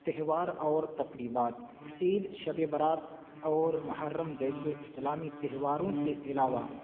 تہوار اور تقریبات عید شب برات اور محرم جیسے اسلامی تہواروں کے علاوہ